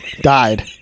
died